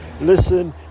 listen